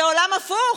זה עולם הפוך.